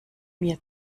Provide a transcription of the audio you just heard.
mir